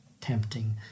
tempting